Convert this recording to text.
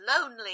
lonely